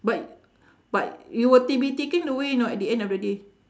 but but you will t~ be taken away know at the end of the day